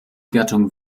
gattung